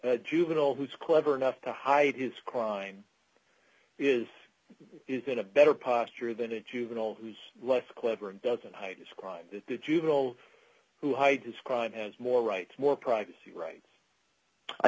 say juvenile who's clever enough to hide his crime is is in a better posture than a juvenile who's less clever and doesn't hide his crime the juvenile who hides his crime has more rights more privacy rights i